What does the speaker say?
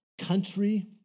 Country